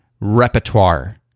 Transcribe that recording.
repertoire